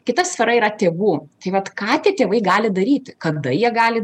kita sfera yra tėvų tai vat ką tik tėvai gali daryti kada jie gali